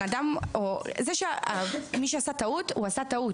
מי שעשה טעות, עשה טעות.